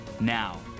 Now